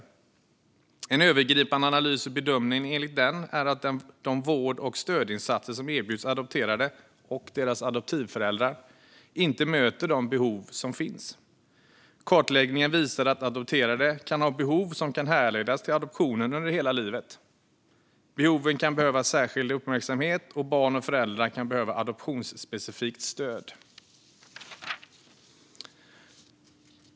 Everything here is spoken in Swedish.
Enligt en övergripande analys och bedömning möter de vård och stödinsatser som erbjuds adopterade och deras adoptivföräldrar inte de behov som finns. Kartläggningen visar att adopterade kan ha behov under hela livet som kan härledas till adoptionen. Behoven kan kräva särskild uppmärksamhet, och barn och föräldrar kan behöva adoptionsspecifikt stöd.